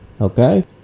Okay